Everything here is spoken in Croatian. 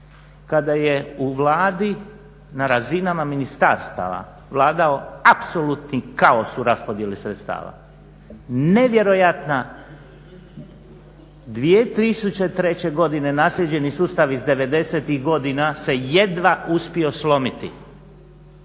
kada je u Vladi na razinama ministarstava vladao apsolutno kaos u raspodjeli sredstava, nevjerojatna 2003. godine naslijeđeni sustav iz '90.-tih godina se jedva uspio slomiti